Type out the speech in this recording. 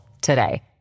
today